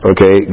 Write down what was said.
Okay